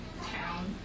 town